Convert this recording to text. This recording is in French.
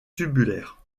tubulaires